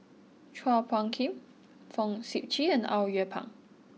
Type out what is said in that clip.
Chua Phung Kim Fong Sip Chee and Au Yue Pak